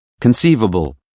conceivable